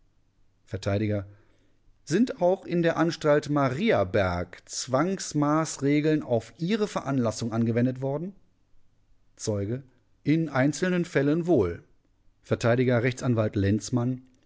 vert sind auch in der anstalt mariaberg zwangsmaßregeln auf ihre veranlassung angewendet worden zeuge in einzelnen fällen wohl vert r a lenzmann